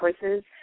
choices